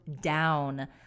down